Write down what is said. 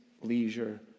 leisure